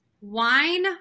Wine